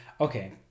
okay